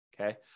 Okay